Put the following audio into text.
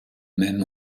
même